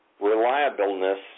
reliableness